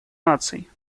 наций